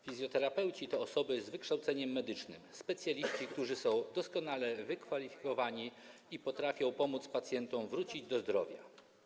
Fizjoterapeuci to osoby z wykształceniem medycznym, specjaliści, którzy są doskonale wykwalifikowani i potrafią pomóc pacjentom wrócić do zdrowia.